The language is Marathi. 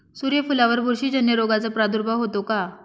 सूर्यफुलावर बुरशीजन्य रोगाचा प्रादुर्भाव होतो का?